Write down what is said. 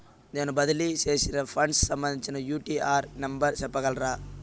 నేను బదిలీ సేసిన ఫండ్స్ సంబంధించిన యూ.టీ.ఆర్ నెంబర్ సెప్పగలరా